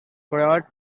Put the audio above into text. prior